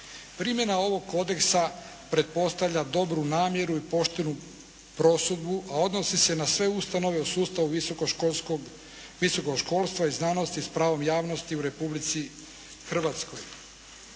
Primjena ovog kodeksa pretpostavlja dobru namjeru i poštenu prosudbu, a odnosi se na sve ustanove u sustavu visokog školstva i znanosti s pravom javnosti u Republici Hrvatskoj.